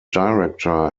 director